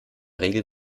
regel